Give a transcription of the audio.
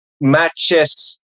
matches